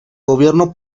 gobierno